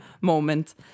moment